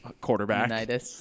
quarterback